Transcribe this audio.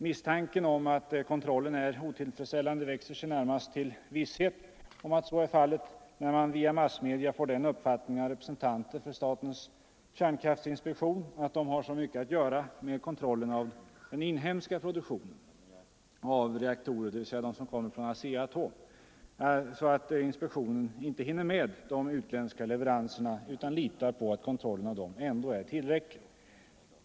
Misstanken om att kontrollen är otillfredsställande växer närmast till visshet om att så är fallet när man via massmedia får den uppfattningen av representanter för statens kärnkraftinspektion att de har så mycket att göra med kontrollen av den inhemska produktionen av reaktorer — dvs. de som kommer från ASEA-Atom — att inspektionen inte hinner med de utländska leveranserna utan litar på att kontrollen av dem ändå är tillräcklig.